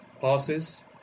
passes